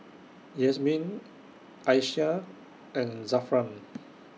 Yasmin Aisyah and Zafran